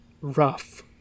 rough